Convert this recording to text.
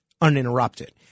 uninterrupted